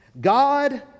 God